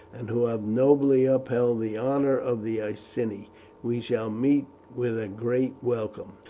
and who have nobly upheld the honour of the iceni. we shall meet with a great welcome.